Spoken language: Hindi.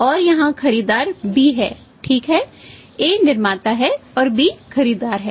और यहाँ खरीदार B है ठीक है A निर्माता है और B खरीदार है